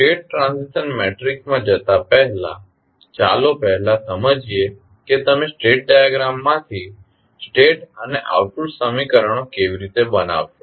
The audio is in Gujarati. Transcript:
તેથી સ્ટેટ ટ્રાન્ઝિશન મેટ્રિક્સમાં જતા પહેલા ચાલો પહેલા સમજીએ કે તમે સ્ટેટ ડાયાગ્રામ માંથી સ્ટેટ અને આઉટપુટ સમીકરણો કેવી રીતે બનાવશો